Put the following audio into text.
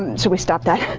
and so we stopped that.